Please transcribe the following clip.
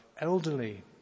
elderly